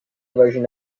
version